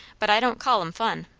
but i don't call em fun.